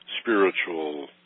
spiritual